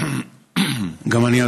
גם אני,